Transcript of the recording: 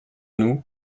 nous